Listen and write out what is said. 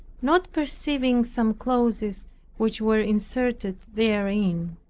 not perceiving some clauses which were inserted therein.